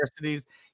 universities